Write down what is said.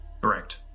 Correct